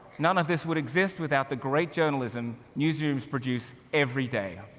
none of this would exist without the great journalism news rooms produce every day.